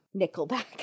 Nickelback